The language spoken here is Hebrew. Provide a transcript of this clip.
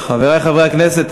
חברי חברי הכנסת,